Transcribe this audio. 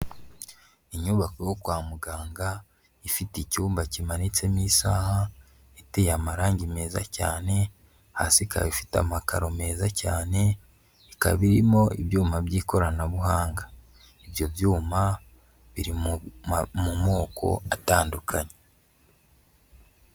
Inyubako yo kwa muganga ifite icyumba kimanitse n'isaha, iteye amarangi meza cyane, hasi ikaba ifite amakaro meza cyane, ikaba irimo ibyuma by'ikoranabuhanga, ibyo byuma biri mu mu moko atandukanye.